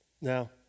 Now